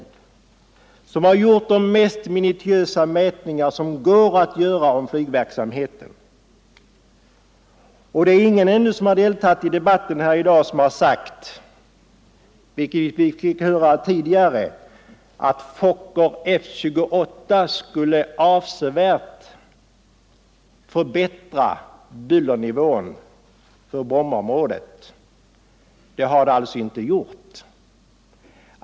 Denna myndighet har gjort de mest minutiösa mätningar som går att göra av flygverksamheten. Ännu har ingen som deltagit i debatten i dag sagt — ett argument som tidigare brukat framföras — att användandet av flygplanstypen Fokker F-28 skulle innebära en avsevärd förbättring av bullernivån för Brommaområdet. Så har nämligen inte skett.